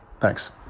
Thanks